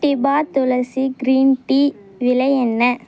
டிபா துளசி green tea விலை என்ன